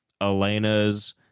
Elena's